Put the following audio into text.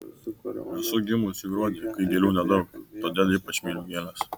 esu gimusi gruodį kai gėlių nedaug todėl ypač myliu gėles